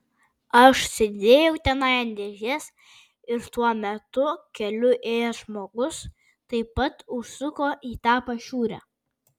aš sėdėjau tenai ant dėžės ir tuo metu keliu ėjęs žmogus taip pat užsuko į tą pašiūrę